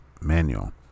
manual